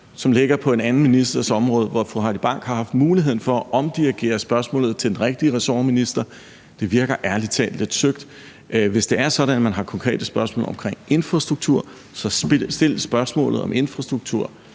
som ligger på en anden ministers område, og fru Heidi Bank har haft mulighed for at omdirigere spørgsmålet til den rigtige ressortminister. Det virker ærlig talt lidt søgt. Hvis det er sådan, at man har konkrete spørgsmål om infrastruktur, så stil spørgsmålet om infrastruktur